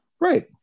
Right